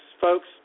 Folks